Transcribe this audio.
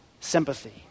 sympathy